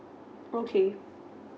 okay